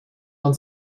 man